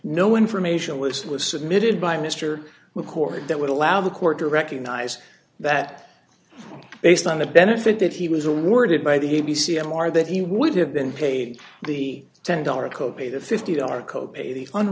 no information list was submitted by mr record that would allow the court to recognize that based on a benefit that he was awarded by the a b c m r that he would have been paid the ten dollars co pay the fifty dollars co pay the on